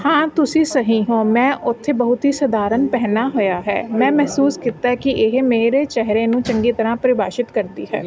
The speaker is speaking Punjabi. ਹਾਂ ਤੁਸੀ ਸਹੀ ਹੋ ਮੈਂ ਉੱਥੇ ਬਹੁਤ ਹੀ ਸਧਾਰਨ ਪਹਿਨਿਆ ਹੋਇਆ ਹੈ ਮੈਂ ਮਹਿਸੂਸ ਕੀਤਾ ਕਿ ਇਹ ਮੇਰੇ ਚਿਹਰੇ ਨੂੰ ਚੰਗੀ ਤਰ੍ਹਾਂ ਪਰਿਭਾਸ਼ਿਤ ਕਰਦੀ ਹੈ